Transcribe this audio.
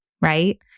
right